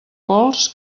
pols